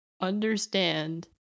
understand